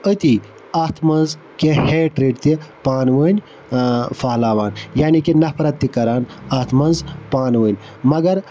أتی اَتھ مَنٛز کینٛہہ ہیٹرِڈ تہِ پانہٕ ؤنۍ پھٔہلاوان یعنی کہِ نفرت تہِ کَران اَتھ منٛز پانہٕ ؤنۍ مگر